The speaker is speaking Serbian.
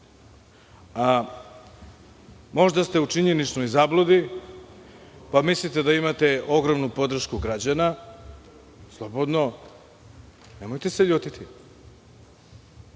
Možda ste u činjeničnoj zabludi, pa mislite da imate ogromnu podršku građana. Slobodno, nemojte se ljutiti.